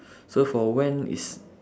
so for when is